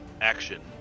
action